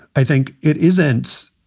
i think it isn't